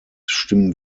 stimmen